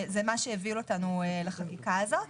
זה מה שיוביל אותנו לחקיקה הזאת.